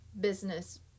business